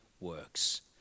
works